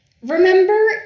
Remember